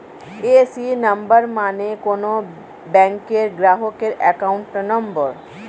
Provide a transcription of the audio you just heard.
AC number মানে কোন ব্যাংকের গ্রাহকের অ্যাকাউন্ট নম্বর